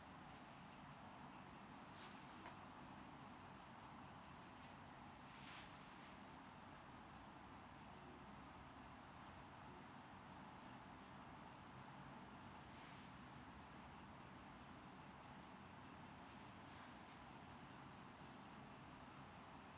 uh uh uh